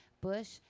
Bush